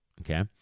okay